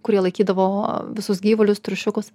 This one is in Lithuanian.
kur jie laikydavo visus gyvulius triušiukus